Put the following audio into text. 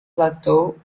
plateau